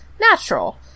natural